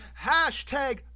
hashtag